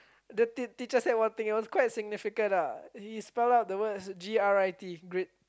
the teacher said one thing ah it was quite signification ah he spelled out one thing G R I T grit